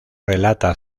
relata